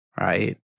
right